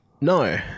No